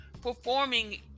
performing